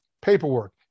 paperwork